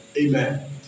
Amen